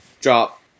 drop